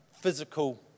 physical